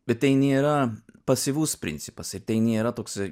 bet tai nėra pasyvus principas ir tai nėra toksai